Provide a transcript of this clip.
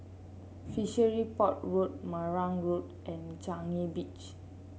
Fishery Port Road Marang Road and Changi Beach